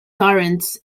tyrants